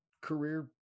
career